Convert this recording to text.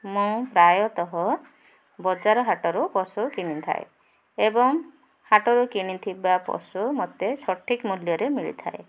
ମୁଁ ପ୍ରାୟତଃ ବଜାର ହାଟରୁ ପଶୁ କିଣିଥାଏ ଏବଂ ହାଟରୁ କିଣିଥିବା ପଶୁ ମୋତେ ସଠିକ୍ ମୂଲ୍ୟରେ ମିଳିଥାଏ